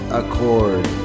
accord